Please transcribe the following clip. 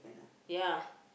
ya